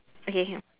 okay can